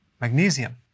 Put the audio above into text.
magnesium